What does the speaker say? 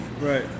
Right